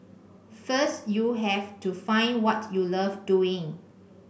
first you have to find what you love doing